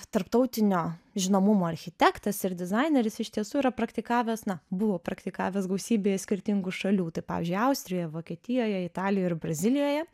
tarptautinio žinomumo architektas ir dizaineris iš tiesų yra praktikavęs na buvo praktikavęs gausybėje skirtingų šalių tai pavyzdžiui austrijoje vokietijoje italijoje ir brazilijoje